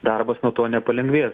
darbas nuo to nepalengvės